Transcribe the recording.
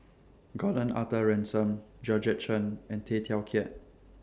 Gordon Arthur Ransome Georgette Chen and Tay Teow Kiat